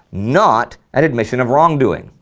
not an admission of wrongdoing.